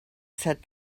said